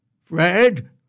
Fred